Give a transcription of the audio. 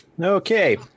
Okay